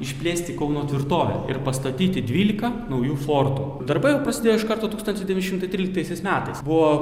išplėsti kauno tvirtovę ir pastatyti dvylika naujų fortų darbai jau prasidėjo iš karto tūkstantis devyni šimtai tryliktaisiais metais buvo